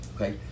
okay